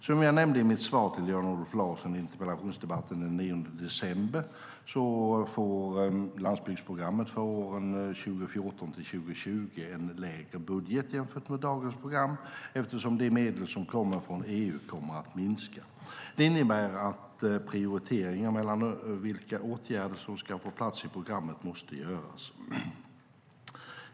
Som jag nämnde i mitt svar till Jan-Olof Larsson i interpellationsdebatten den 9 december får landsbygdsprogrammet för åren 2014-2020 en lägre budget jämfört med dagens program eftersom de medel som kommer från EU kommer att minska. Detta innebär att prioriteringar mellan vilka åtgärder som ska få plats i programmet måste göras.